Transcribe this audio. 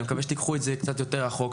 אני מקווה שתיקחו את זה קצת יותר רחוק,